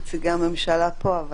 נציגי הממשלה פה.